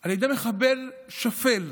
על ידי מחבל שפל,